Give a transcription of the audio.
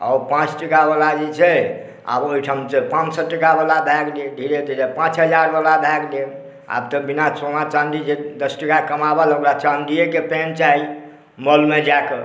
आ ओ पाँच टका बला जे छै आब ओहिठाम से पाॅंच सए टकाबला भए गेलै धीरे धीरे पाँच हजारबला भए गेलै आब तऽ बिना सोना चान्दीके दस टका कमाबऽ लेल ओकरा चान्दीयेके पेन चाही मॉलमे जाकऽ